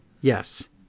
yes